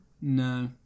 No